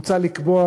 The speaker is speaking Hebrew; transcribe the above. מוצע לקבוע,